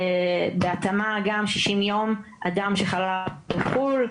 ובהתאמה גם 60 יום אדם שחלה בחו"ל,